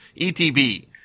ETB